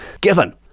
given